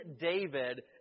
David